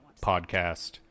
podcast